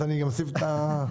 נוסיף גם את זה.